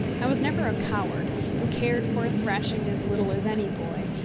i was never a coward, and cared for a thrashing as little as any boy,